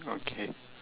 okay